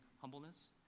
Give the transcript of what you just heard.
humbleness